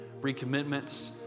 recommitments